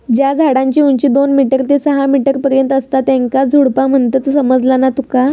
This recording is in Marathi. ज्या झाडांची उंची दोन मीटर ते सहा मीटर पर्यंत असता त्येंका झुडपा म्हणतत, समझला ना तुका?